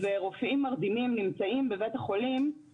איך אנחנו יודעים מבחינת זמינות השירותים